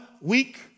week